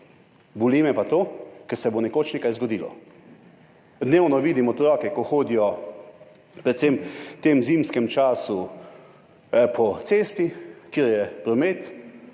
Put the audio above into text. Boli me pa to, da se bo nekoč nekaj zgodilo. Dnevno vidim otroke, ko hodijo, predvsem v tem zimskem času po cesti, kjer je promet.